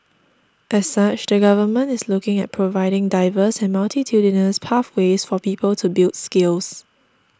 as such the Government is looking at providing diverse and multitudinous pathways for people to build skills